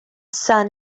son